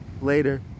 Later